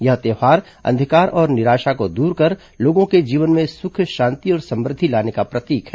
यह त्यौहार अंधकार और निराशा को दूर कर लोगों के जीवन में सुख शांति और समुद्धि लाने का प्रतीक है